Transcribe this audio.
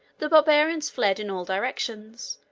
the barbarians fled in all directions,